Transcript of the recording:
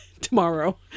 tomorrow